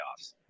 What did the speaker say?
playoffs